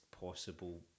possible